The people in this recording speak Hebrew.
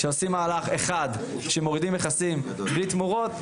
כשעושים מהלך אחד בו מורידים מכסים בלי תמורות,